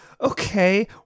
okay